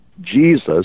Jesus